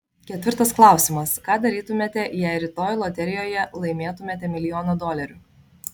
ketvirtas klausimas ką darytumėte jei rytoj loterijoje laimėtumėte milijoną dolerių